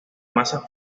masa